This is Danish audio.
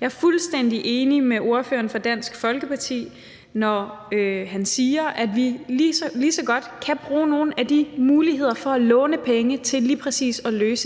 Jeg er fuldstændig enig med ordføreren for Dansk Folkeparti, når han siger, at vi lige så godt kan bruge nogle af de muligheder, der er, for at låne penge til at løse lige præcis